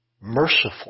merciful